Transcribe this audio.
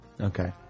Okay